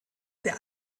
der